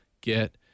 get